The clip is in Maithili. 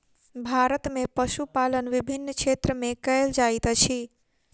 भारत में पशुपालन विभिन्न क्षेत्र में कयल जाइत अछि